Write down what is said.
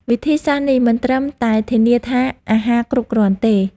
វិធីសាស្រ្តនេះមិនត្រឹមតែធានាថាអាហារគ្រប់គ្រាន់ទេ